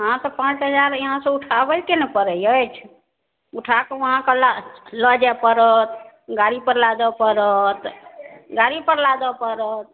अहाँके पाँच हजार इहाँसँ उठाबैके नहि पड़ै अछि उठाकऽ उहाँ कल्ला लऽ जाए पड़त गाड़ीपर लादऽ पड़त गाड़ीपर लादऽ पड़त